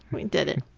we did it.